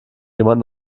jemand